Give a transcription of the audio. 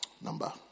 Number